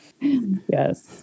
Yes